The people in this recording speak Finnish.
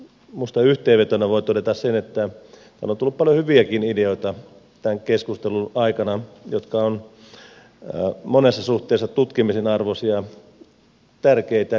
minusta yhteenvetona voi todeta sen että täällä on keskustelun aikana tullut paljon hyviäkin ideoita jotka ovat monessa suhteessa tutkimisen arvoisia tärkeitä keskustelun avauksia